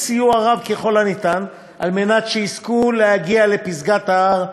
סיוע רב ככל האפשר כדי שיזכו להגיע לפסגת ההר,